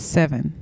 seven